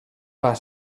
fer